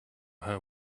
her